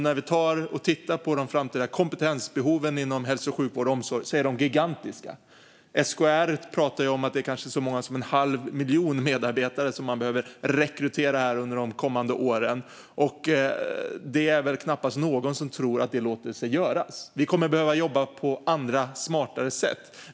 När vi tittar på de framtida kompetensbehoven inom hälso och sjukvård och omsorg ser vi att de är gigantiska. SKR talar om att det kan vara så många som en halv miljon medarbetare som man behöver rekrytera under de kommande åren, och det är väl knappast någon som tror att det låter sig göras. Vi kommer att behöva jobba på andra, smartare sätt.